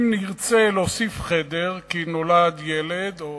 אם נרצה להוסיף חדר, כי נולד ילד, או